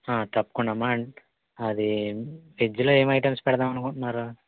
తప్పకుండా అమ్మా అది ఫ్రిజ్లో ఏం ఐటమ్స్ పెడదామని అనుకుంటున్నారు